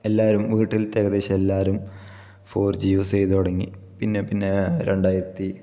എല്ലാവരും വീട്ടിലത്തെ ഏകദേശം എല്ലാവരും ഫോർ ജി യൂസ് ചെയ്ത് തുടങ്ങി പിന്നെ പിന്നെ രണ്ടായിരത്തി